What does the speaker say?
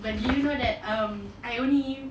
but do you that um I only